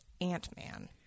Ant-Man